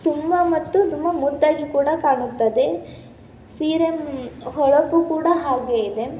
ತುಂಬ ಮತ್ತು ತುಂಬ ಮುದ್ದಾಗಿ ಕೂಡ ಕಾಣುತ್ತದೆ ಸೀರೆ ಹೊಳಪು ಕೂಡ ಹಾಗೇ ಇದೆ